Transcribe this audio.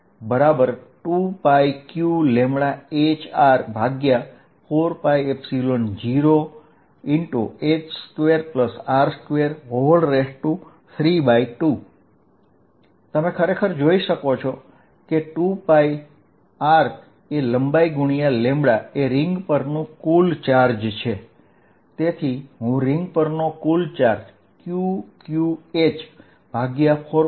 Fqλdl4π01h2R2 Fcosθqλ4π0hh2R232dl dl2πR અને તેથી net force માત્ર વર્ટિકલ દીશામાં હશે જે 2πqλhR4π0h2R232થશે અહીં 2πλR એ રીંગ પરના નેટ ચાર્જ Q ની બરાબર થશે